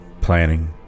planning